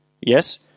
yes